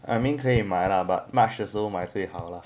I mean 可以买 lah but march 的时候买最好了